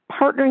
partnering